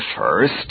first